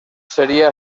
sería